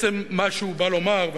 מה שהוא בא לומר,